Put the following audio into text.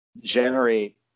generate